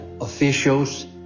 officials